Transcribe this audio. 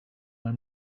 know